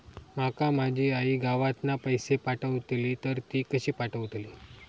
माका माझी आई गावातना पैसे पाठवतीला तर ती कशी पाठवतली?